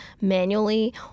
manually